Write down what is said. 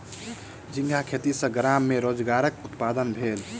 झींगा खेती सॅ गाम में रोजगारक उत्पादन भेल